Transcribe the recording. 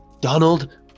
donald